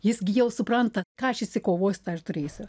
jis gi jau supranta ką aš išsikovosiu tą ir turėsiu